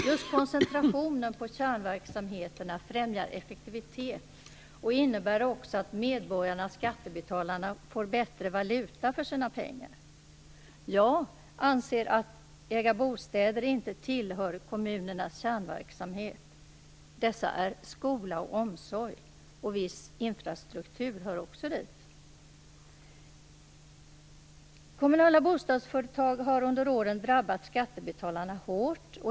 Just koncentrationen på kärnverksamheterna främjar effektivitet och innebär också att medborgarna och skattebetalarna får bättre valuta för sina pengar. Att äga bostäder tillhör enligt min mening inte kommunernas kärnverksamheter. Dessa är skola och omsorg. Viss infrastruktur hör också dit. Skattebetalarna har på grund av kommunala bostadsföretag drabbats hårt under senare år.